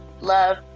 love